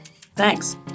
Thanks